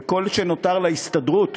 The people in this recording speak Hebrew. וכל שנותר להסתדרות